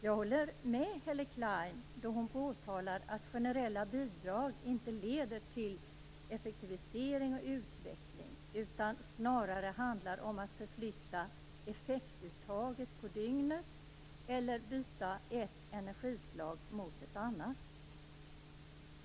Jag håller med Helle Klein då hon påtalar att generella bidrag inte leder till effektivisering och utveckling utan snarare handlar om att förflytta effektuttaget på dygnet eller att byta ett energislag mot ett annat.